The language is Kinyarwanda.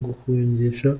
guhungisha